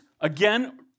again